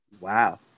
wow